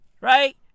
Right